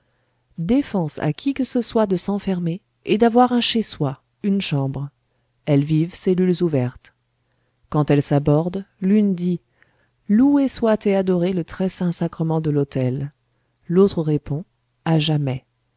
défense à qui que ce soit de s'enfermer et d'avoir un chez-soi une chambre elles vivent cellules ouvertes quand elles s'abordent l'une dit loué soit et adoré le très saint-sacrement de l'autel l'autre répond à jamais